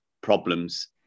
problems